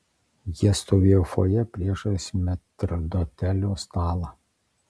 jie stovėjo fojė priešais metrdotelio stalą